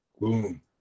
Boom